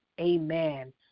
amen